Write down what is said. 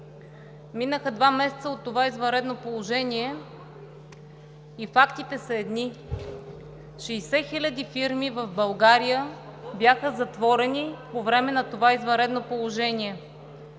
Минаха два месеца от извънредното положение и фактите са едни – 60 000 фирми в България бяха затворени по време на това извънредно положение.